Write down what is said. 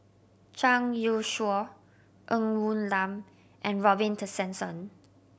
Zhang Youshuo Ng Woon Lam and Robin Tessensohn